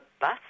bus